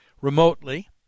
remotely